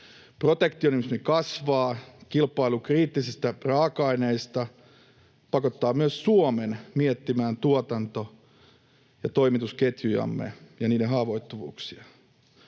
Protektionismi kasvaa, ja kilpailu kriittisistä raaka-aineista pakottaa myös Suomen miettimään tuotanto- ja toimitusketjujamme ja niiden haavoittuvuuksia.